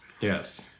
Yes